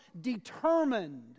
determined